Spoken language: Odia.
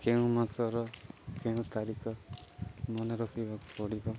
କେଉଁ ମାସର କେଉଁ ତାରିଖ ମନେ ରଖିବାକୁ ପଡ଼ିବ